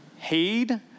Heed